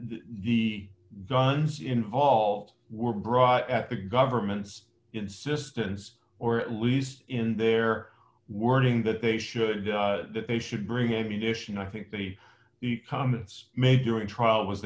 the guns involved were brought at the government's insistence or at least in their wording that they should that they should bring a beautician i think that he comments made during trial was